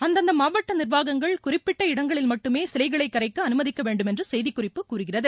அந்தந்த மாவட்ட நிர்வாகங்கள் குறிப்பிட்ட இடங்களில் மட்டுமே சிலைகளை கரைக்க அனுமதிக்க வேண்டும் என்று செய்திக்குறிப்பு கூறுகிறது